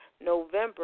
November